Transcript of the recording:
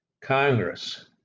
congress